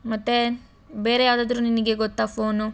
ಮತ್ತೆ ಬೇರೆ ಯಾವ್ದಾದ್ರೂ ನಿನಗೆ ಗೊತ್ತಾ ಫೋನು